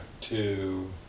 two